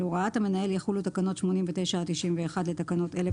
על הוראת המנהל יחולו תקנות 89 עד 91 לתקנות אלה,